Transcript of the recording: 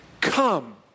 Come